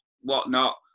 whatnot